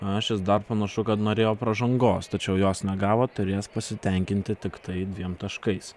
aš šis dar panašu kad norėjo pražangos tačiau jos negavo turės pasitenkinti tiktai dviem taškais